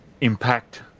impact